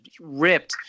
ripped